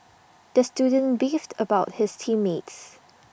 the student beefed about his team mates